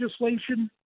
legislation